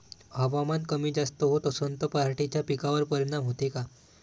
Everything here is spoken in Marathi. हवामान कमी जास्त होत असन त पराटीच्या पिकावर परिनाम होते का?